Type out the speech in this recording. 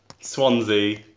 Swansea